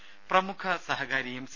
രുമ പ്രമുഖ സഹകാരിയും സി